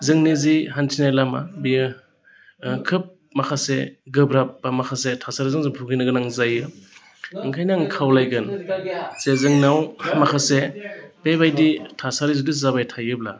जोंनि जि हान्थिनाय लामा बियो खोब माखासे गोब्राब बा माखासे थासारिजों जों भुगिनो गोनां जायो ओंखायनो आं खावलायगोन जे जोंनाव माखासे बेबायदि थासारि जुदि जाबायथायोब्ला